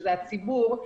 שזה הציבור,